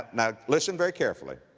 now, listen very carefully,